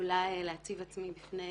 עלולה להציב עצמי בפני